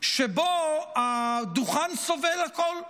שבו הדוכן סובל הכול.